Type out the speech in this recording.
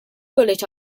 bullet